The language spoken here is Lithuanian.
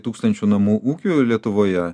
tūkstančių namų ūkių lietuvoje